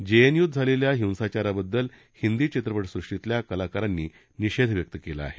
जेएनयूत झालेल्या हिंसाचाराबद्दल हिंदी चित्रपटसृष्टीतल्या कलाकारांनी निषेध व्यक्त केला आहे